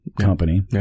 company